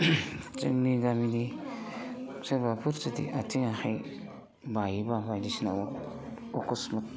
जोंनि गामिनि सोरबाफोर जुदि आथिं आखाइ बायोब्ला बायदिसिना अकसमात